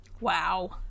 Wow